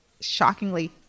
Shockingly